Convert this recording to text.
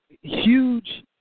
huge